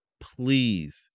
Please